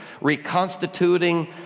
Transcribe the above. reconstituting